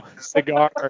cigar